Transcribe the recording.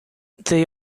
they